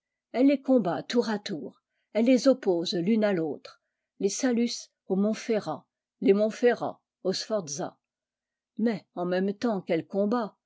les combat tour à tour elle les oppose l'une à l'autre les saluées aux monferrat les monferrat aux sforza mais en même temps qu'elle combat